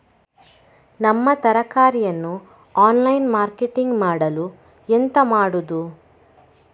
ನಮ್ಮ ತರಕಾರಿಯನ್ನು online marketing ಮಾಡಲು ಎಂತ ಮಾಡುದು?